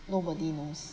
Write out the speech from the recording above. nobody knows